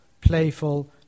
playful